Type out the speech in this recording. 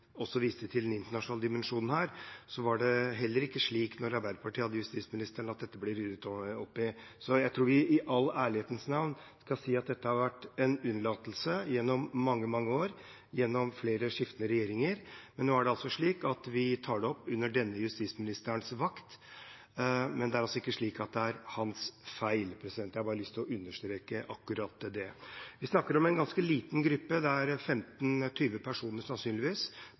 også viste til den internasjonale dimensjonen her, var det heller ikke slik at dette ble ryddet opp i da Arbeiderpartiet hadde justisministeren. Jeg tror vi i all ærlighetens navn skal si at dette har vært en unnlatelse gjennom mange, mange år – gjennom flere skiftende regjeringer – og nå tar vi det opp på denne justisministerens vakt. Men det er altså ikke slik at det er hans feil. Jeg har bare lyst til å understreke akkurat det. Vi snakker om en ganske liten gruppe, det er sannsynligvis 15–20 personer